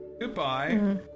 goodbye